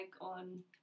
on